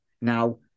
Now